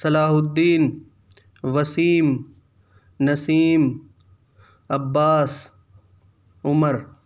صلاح الدین وسیم نسیم عباس عمر